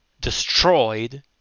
destroyed